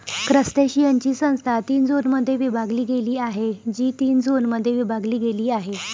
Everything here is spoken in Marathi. क्रस्टेशियन्सची संस्था तीन झोनमध्ये विभागली गेली आहे, जी तीन झोनमध्ये विभागली गेली आहे